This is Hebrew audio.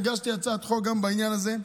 הגשתי הצעת חוק גם בעניין הזה,